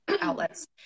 outlets